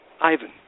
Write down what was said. Ivan